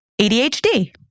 ADHD